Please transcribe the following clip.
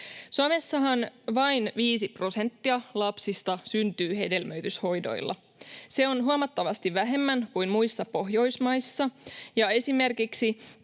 Suomessahan vain viisi prosenttia lapsista syntyy hedelmöityshoidoilla. Se on huomattavasti vähemmän kuin muissa Pohjoismaissa. Esimerkiksi